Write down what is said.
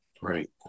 Right